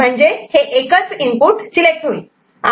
म्हणजे हे एकच इनपुट सिलेक्ट होईल